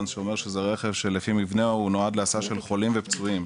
שאומרות שזה רכב שנועד להסעת חולים ופצועים.